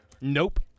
Nope